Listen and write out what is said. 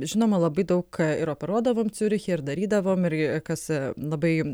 žinoma labai daug ir operuodavom ciuriche ir darydavom ir kas labai